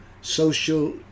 social